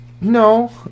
no